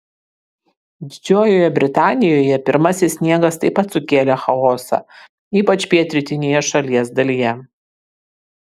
didžiojoje britanijoje pirmasis sniegas taip pat sukėlė chaosą ypač pietrytinėje šalies dalyje